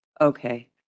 okay